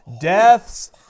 deaths